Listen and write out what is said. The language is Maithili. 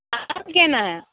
आम केना है